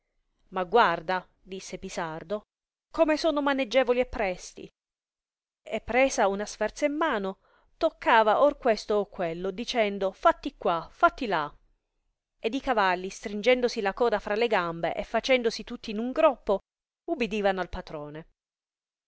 ma guarda disse pisardo come sono maneggevoli e presti e presa una sferza in mano toccava or questo or quello dicendo fatti qua fatti là ed i cavalli stringendosi la coda fra le gambe e facendosi tutti in un groppo ubidivano al patrone